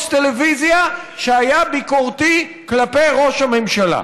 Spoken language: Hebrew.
טלוויזיה שהיה ביקורתי כלפי ראש הממשלה.